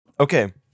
Okay